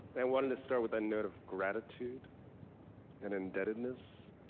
i wanted to start with that note of gratitude and indebtedness.